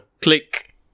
click